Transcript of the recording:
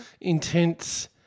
intense